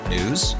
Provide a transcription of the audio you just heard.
News